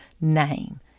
name